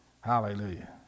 Hallelujah